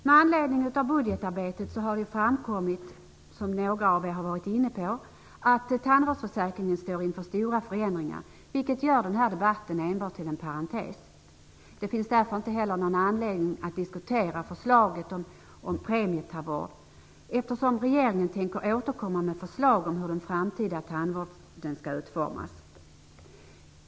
Med anledning av budgetarbetet har det, som några av er har varit inne på, framkommit att tandvårdsförsäkringen står inför stora förändringar, vilket gör den här debatten till enbart en parentes. Det finns därför inte heller någon anledning att diskutera förslaget om premietandvård, eftersom regeringen tänker återkomma med förslag om hur den framtida tandvården skall utformas.